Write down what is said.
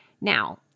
Now